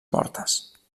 mortes